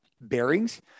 bearings